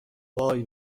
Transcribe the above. وای